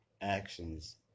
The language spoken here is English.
actions